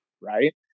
right